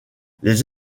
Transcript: les